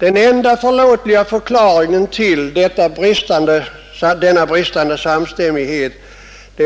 Den enda förlåtliga förklaringen till denna bristande samstämmighet